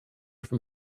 from